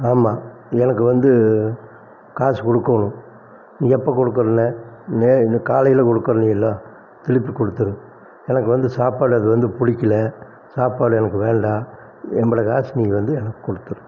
ஆமாம் எனக்கு வந்து காசு கொடுக்கோணும் நீ எப்போ குடுக்குறேன்னு நே இன்ன காலையில் கொடுக்கறேன்னீல்ல திருப்பி கொடுத்துடு எனக்கு வந்து சாப்பாடு அது வந்து பிடிக்கில சாப்பாடு எனக்கு வேண்டாம் நம்மளோட காசு நீ வந்து எனக்கு கொடுத்துரு